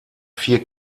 vier